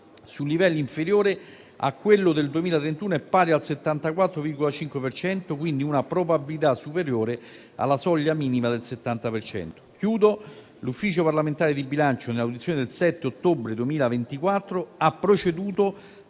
un livello inferiore a quello del 2031 è pari al 74,5 per cento: quindi una probabilità superiore alla soglia minima del 70 per cento. L'Ufficio parlamentare di bilancio, nell'audizione del 7 ottobre 2024, ha proceduto